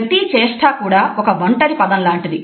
ప్రతి చేష్ట ఒక ఒంటరి పదం లాంటిది